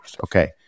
okay